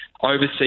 Overseas